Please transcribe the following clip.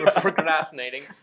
procrastinating